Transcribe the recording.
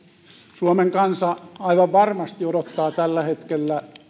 suomen kansa aivan varmasti odottaa tällä hetkellä